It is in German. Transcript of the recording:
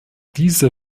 diese